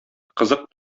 кызык